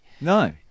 No